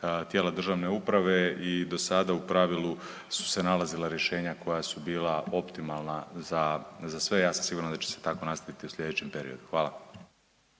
tijela državne uprave i do sada u pravilu su se nalazila rješenja koja su bila optimalna za sve. Ja sam siguran da će se tako nastaviti i u slijedećem periodu. Hvala.